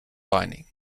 lining